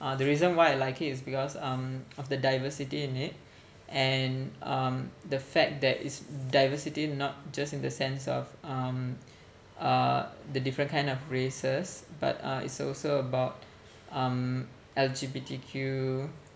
uh the reason why I like it is because um of the diversity in it and um the fact that it's diversity not just in the sense of um uh the different kind of races but uh it's also about um L_G_B_T_Q